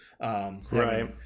Right